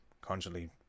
constantly